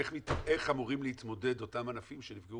איך אמורים להתמודד אותם ענפים שנפגעו